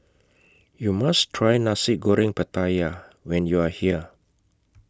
YOU must Try Nasi Goreng Pattaya when YOU Are here